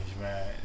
man